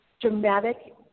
dramatic